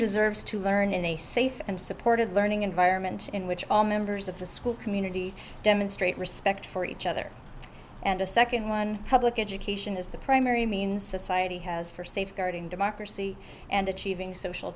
deserves to learn in a safe and supportive learning environment in which all members of the school community demonstrate respect for each other and a second one public education is the primary means society has for safeguarding democracy and achieving social